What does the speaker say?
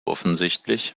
offensichtlich